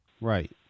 Right